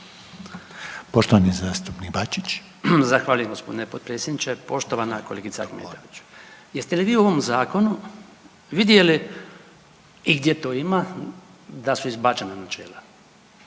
**Bačić, Branko (HDZ)** Zahvaljujem gospodine potpredsjedniče. Poštovana kolegice Ahmetović, jeste li vi u ovom zakonu vidjeli i gdje to ima da su izbačena načela,